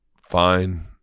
fine